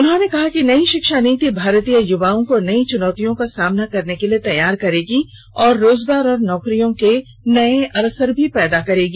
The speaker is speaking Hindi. उन्होंने कहा है कि नई शिक्षा नीति भारतीय युवाओं को नई चुनौतियों का सामना करने के लिए तैयार करेगी और रोजगार और नौकरियों के नए अवसर भी पैदा करेगी